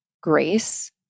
grace